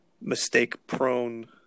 mistake-prone